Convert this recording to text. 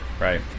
Right